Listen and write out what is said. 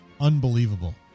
Unbelievable